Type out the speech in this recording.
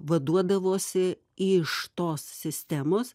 vaduodavosi iš tos sistemos